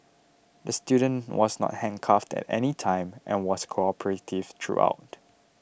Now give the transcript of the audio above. the student was not handcuffed at any time and was cooperative throughout